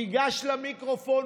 הוא ניגש למיקרופון